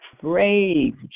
Brave